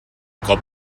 cop